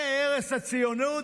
זה הרס הציונות?